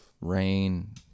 rain